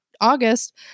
August